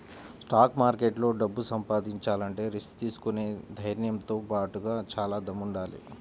stock మార్కెట్లో డబ్బు సంపాదించాలంటే రిస్క్ తీసుకునే ధైర్నంతో బాటుగా చానా దమ్ముండాలి